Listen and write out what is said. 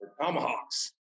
Tomahawks